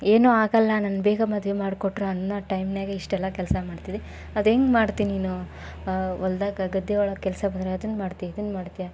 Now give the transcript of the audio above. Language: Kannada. ಏನು ಆಗಲ್ಲ ನಾನು ಬೇಗ ಮದುವೆ ಮಾಡಿಕೊಟ್ರು ಅನ್ನೋ ಟೈಮ್ನಾಗೇ ಇಷ್ಟೆಲ್ಲ ಕೆಲಸ ಮಾಡ್ತಿದ್ದಿ ಅದು ಹೆಂಗ್ ಮಾಡ್ತಿ ನೀನು ಹೊಲ್ದಾಗ್ ಗದ್ದೆ ಒಳಗೆ ಕೆಲಸ ಬಂದರೆ ಅದನ್ನು ಮಾಡ್ತಿ ಇದನ್ನು ಮಾಡ್ತೀಯ